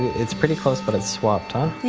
it's pretty close, but it's swapped, um